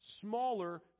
smaller